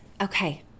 okay